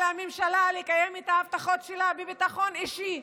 על הממשלה לקיים את ההבטחות שלה לביטחון אישי,